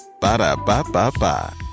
Ba-da-ba-ba-ba